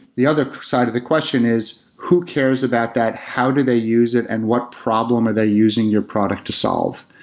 the other side of the question is who cares about that? how do they use it and what problem are they using your product to solve?